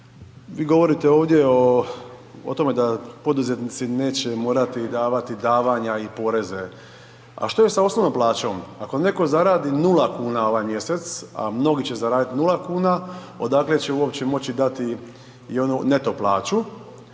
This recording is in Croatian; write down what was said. vi govorite ovdje o tome da poduzetnici neće morati davati davanja i poreze. A što je sa osnovnom plaćom? Ako neko zaradi nula kuna ovaj mjesec, a mnogi će zaraditi nula kuna, odakle će uopće moći dati i onu neto plaću,